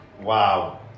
wow